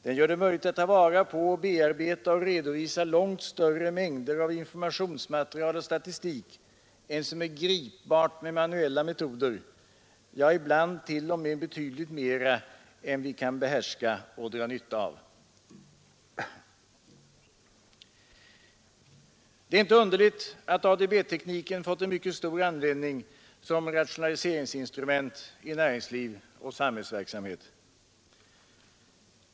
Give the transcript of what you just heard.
Den gör det möjligt att ta vara på, bearbeta och redovisa långt större mängder av informationsmaterial och statistik än som är gripbart med manuella metoder, ja, ibland t.o.m. betydligt mera än vi kan behärska och dra nytta av. Det är inte underligt att ADB-tekniken fått en mycket stor användning som rationaliseringsinstrument i näringsliv och samhällsverksamhet.